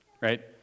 right